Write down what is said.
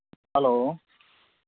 hello